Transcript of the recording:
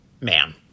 man